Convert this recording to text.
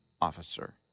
officer